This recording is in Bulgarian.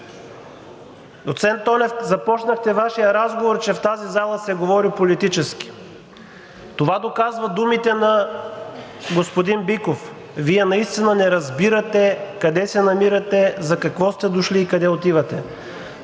Доцент Тонев, започнахте Вашия разговор, че в тази зала се говори политически. Това доказва думите на господин Биков, че Вие наистина не разбирате къде се намирате, за какво сте дошли и къде отивате.